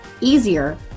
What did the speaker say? easier